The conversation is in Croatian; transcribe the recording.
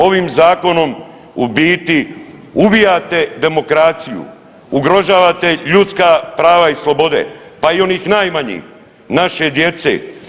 Ovim zakonom u biti ubijate demokraciju, ugrožavate ljudska prava i slobode pa i onih najmanjih, naše djece.